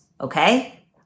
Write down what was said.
Okay